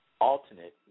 alternate